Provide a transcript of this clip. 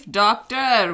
doctor